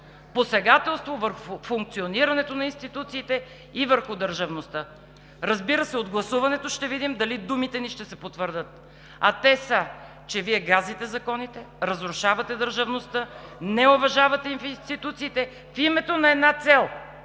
посегателство върху функционирането на институциите и върху държавността. Разбира се, от гласуването ще видим дали думите ни ще се потвърдят, а те са, че Вие газите законите, разрушавате държавността, не уважавате институциите в името на една цел